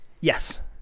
Yes